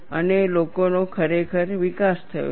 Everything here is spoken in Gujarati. અને લોકોનો ખરેખર વિકાસ થયો છે